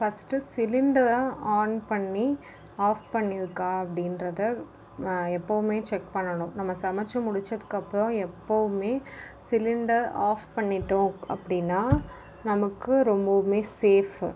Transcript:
first சிலிண்டரை on பண்ணி off பண்ணியிருக்கா அப்படின்றத நான் எப்பவுமே செக் பண்ணணும் நம்ம சமச்சு முடிச்சதுக்கப்பறம் எப்பவுமே சிலிண்டர் ஆஃப் பண்ணிட்டோம் அப்படின்னா நமக்கு ரொம்பவும் சேஃபு